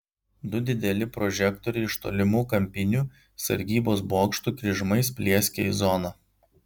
du dideli prožektoriai iš tolimų kampinių sargybos bokštų kryžmais plieskė į zoną